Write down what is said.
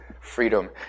freedom